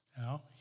Now